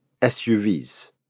SUVs